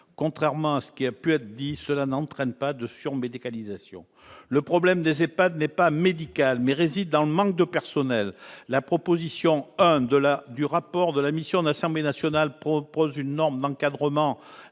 Contrairement à ce qui a pu être dit, cela n'entraîne pas de surmédicalisation. Le problème des EHPAD n'est pas médical, mais il réside dans le manque de personnel. La proposition n° 1 du rapport de la mission de l'Assemblée nationale prévoit une norme d'encadrement